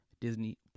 Disney+